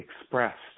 expressed